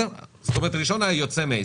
זאת אומרת, הראשון יוצא מהעסקה.